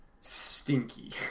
stinky